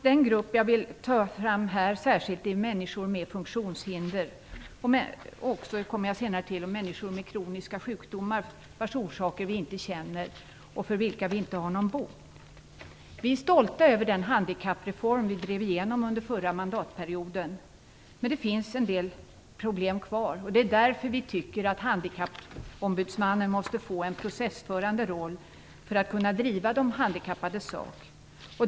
Den grupp jag särskilt vill hålla fram här är människor med funktionshinder och, det kommer jag senare till, människor med kroniska sjukdomar, vars orsaker vi inte känner till och för vilka vi inte har någon bot. Vi är stolta över den handikappreform som vi drev igenom under förra mandatperioden, men en del problem finns kvar. Därför tycker vi att Handikappombudsmannen måste få en processförande roll för att kunna driva de handikappades sak.